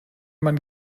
man